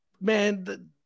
man